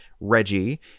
Reggie